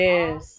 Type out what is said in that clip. Yes